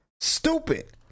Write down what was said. Stupid